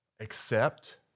accept